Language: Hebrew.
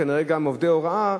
כנראה גם עובדי הוראה,